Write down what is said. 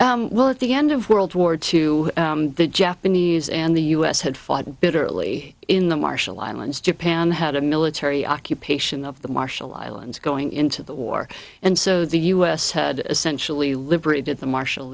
right well at the end of world war two the japanese and the us had fought bitterly in the marshall islands japan had a military occupation of the marshall islands going into the war and so the us had essentially liberated the marshall